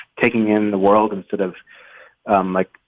taking in the world and sort of um like,